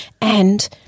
And-